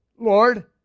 Lord